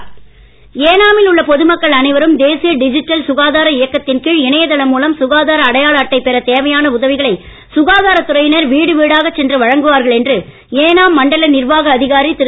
ஏனாம் ஏனாமில் உள்ள பொதுமக்கள் அனைவரும் தேசிய டிஜிட்டல் சுகாதார இயக்கத்தின் கீழ் இணையதளம் மூலம் சுகாதார அடையாள அட்டை பெறத் தேவையான உதவிகளை சுகாதாரத்துறையினர் வீடு வீடாக சென்று வழங்குவார்கள் என்று ஏனாம் மண்டல நிர்வாக அதிகாரி திரு